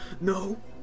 No